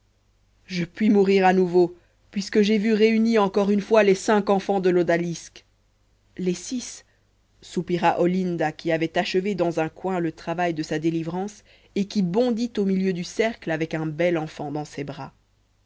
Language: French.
je puis mourir à nouveau puisque j'ai vu réunis encore une fois les cinq enfants de l'odalisque les six soupira olinda qui avait achevé dans un coin le travail de sa délivrance et qui bondit au milieu du cercle avec un bel enfant dans ses bras